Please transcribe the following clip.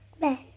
Ben